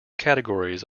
categories